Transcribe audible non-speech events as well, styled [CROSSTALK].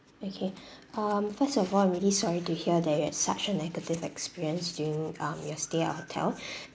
okay [BREATH] um first of all I'm really sorry to hear that you had such a negative experience during um your stay at our hotel [BREATH]